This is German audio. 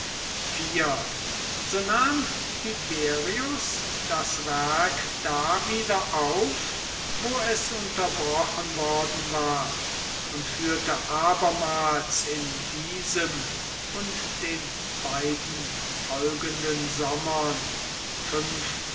so nahm tiberius das werk da wieder auf wo es unterbrochen worden war und führte abermals in diesem und den beiden folgenden